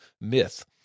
myth